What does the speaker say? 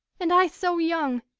and i so young,